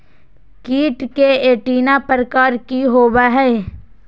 कीट के एंटीना प्रकार कि होवय हैय?